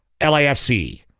LAFC